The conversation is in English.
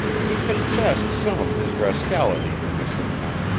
he confessed some of his rascality to mr. knapp,